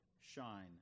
shine